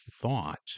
thought